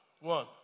one